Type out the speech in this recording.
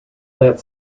that